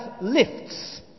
lifts